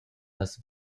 las